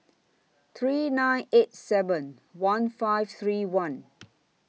three nine eight seven one five three one